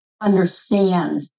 understand